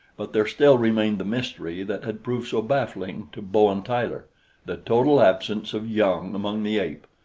but there still remained the mystery that had proved so baffling to bowen tyler the total absence of young among the ape,